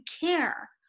care